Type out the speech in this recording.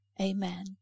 Amen